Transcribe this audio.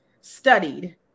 studied